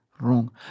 wrong